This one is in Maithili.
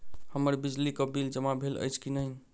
हम्मर बिजली कऽ बिल जमा भेल अछि की नहि?